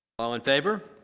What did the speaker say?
all in favor?